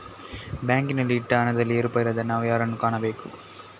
ಬ್ಯಾಂಕಿನಲ್ಲಿ ಇಟ್ಟ ಹಣದಲ್ಲಿ ಏರುಪೇರಾದರೆ ನಾವು ಯಾರನ್ನು ಕಾಣಬೇಕು?